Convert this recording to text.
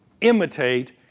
imitate